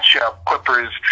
Clippers